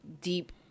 deep